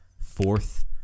Fourth